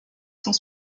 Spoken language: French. sont